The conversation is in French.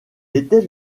était